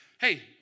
Hey